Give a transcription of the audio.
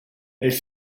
elles